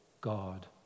God